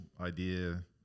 idea